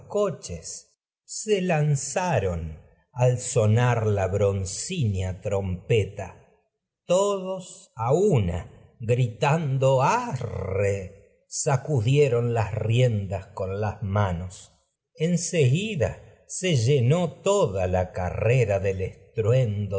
coches se electra lanzaron al sonar la broncínea trompeta con todos a una gritando arre sacudieron las riendas toda la carrera las manos en seguida se llenó del estruendo